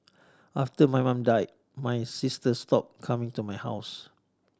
after my mum died my sister stopped coming to my house